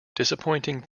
disappointing